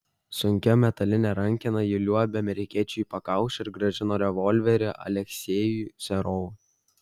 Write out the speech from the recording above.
sunkia metaline rankena ji liuobė amerikiečiui į pakaušį ir grąžino revolverį aleksejui serovui